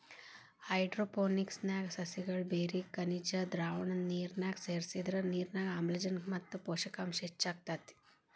hydroponics ನ್ಯಾಗ ಸಸಿಗಳ ಬೇರಿಗೆ ಖನಿಜದ್ದ ದ್ರಾವಣ ನಿರ್ನ್ಯಾಗ ಸೇರ್ಸಿದ್ರ ನಿರ್ನ್ಯಾಗ ಆಮ್ಲಜನಕ ಮತ್ತ ಪೋಷಕಾಂಶ ಹೆಚ್ಚಾಕೇತಿ